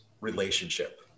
relationship